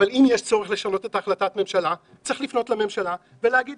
אבל אם יש צורך לשנות את החלטת הממשלה צריך לפנות לממשלה ולהגיד